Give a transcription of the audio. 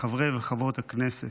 מה הייתם אומרים לחברי וחברות הכנסת?